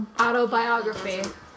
autobiography